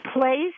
place